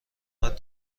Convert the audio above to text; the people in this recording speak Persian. آنقدر